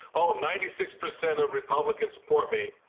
oh, ninety six percent of republicans support me.